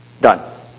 Done